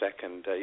second